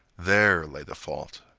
there lay the fault.